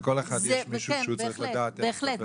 לכל אחד יש מישהו שהוא צריך לדעת איך לטפל בו.